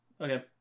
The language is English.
Okay